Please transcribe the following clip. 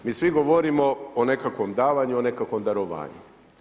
Mi svi govorimo o nekakvom davanju, o nekakvom darovanju.